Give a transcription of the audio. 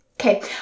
Okay